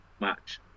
match